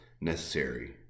necessary